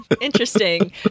interesting